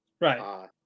Right